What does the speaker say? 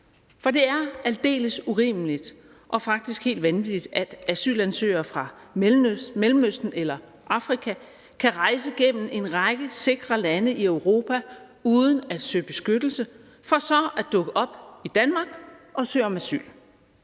For det er aldeles urimeligt og faktisk helt vanvittigt, at asylansøgere fra Mellemøsten eller Afrika kan rejse gennem en række sikre lande i Europa uden at søge beskyttelse for så at dukke op i Danmark og søge om asyl.